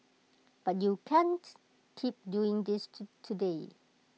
but you can't keep doing this today